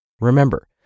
remember